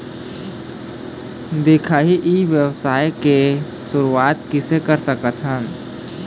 दिखाही ई व्यवसाय के शुरुआत किसे कर सकत हे?